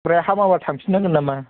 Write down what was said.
ओमफ्राय हामाब्ला थांफिननांगोन नामा